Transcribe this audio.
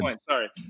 Sorry